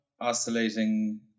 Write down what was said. oscillating